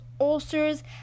ulcers